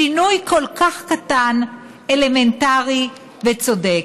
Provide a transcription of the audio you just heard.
שינוי כל כך קטן, אלמנטרי וצודק.